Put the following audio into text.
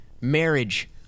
marriage